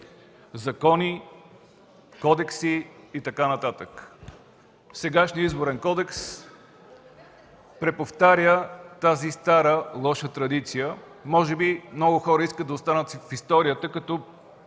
закони, кодекси и така нататък. Сегашният Изборен кодекс преповтаря тази стара лоша традиция. Може би много хора искат да останат в историята като